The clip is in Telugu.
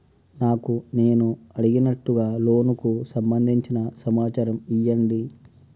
నాకు నేను అడిగినట్టుగా లోనుకు సంబందించిన సమాచారం ఇయ్యండి?